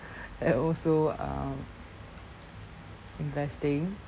and also um investing